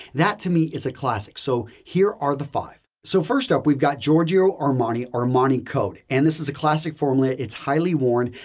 that to me is a classic. so, here are the five. so, first stop, we got giorgio armani, armani code. and this is a classic formula. it's highly worn,